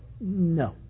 No